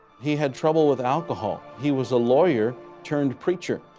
he had trouble with alcohol. he was a lawyer turned preacher.